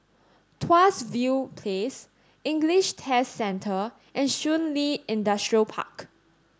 Tuas View Place English Test Centre and Shun Li Industrial Park